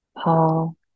Paul